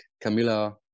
Camilla